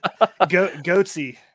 Goatsy